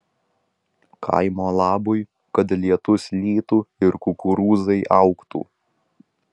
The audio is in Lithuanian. kaimo labui kad lietus lytų ir kukurūzai augtų